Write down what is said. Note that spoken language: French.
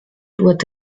doit